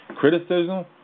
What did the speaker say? criticism